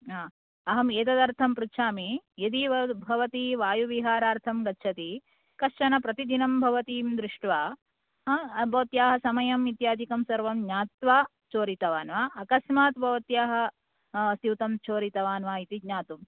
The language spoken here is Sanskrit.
अहम् एतत् अर्थं पृच्छामि यदि भवति वायुविहारार्थं गच्छति कश्चन प्रतिदिनं भवतीं दृष्ट्वा भवत्याः समयं इत्यादिकं सर्वं ज्ञात्वा चोरितवान् वा अकस्मात् भवत्याः स्यूतं चोरितवान् वा इति ज्ञातुम्